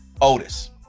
Otis